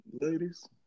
ladies